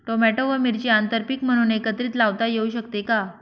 Tomato व मिरची आंतरपीक म्हणून एकत्रित लावता येऊ शकते का?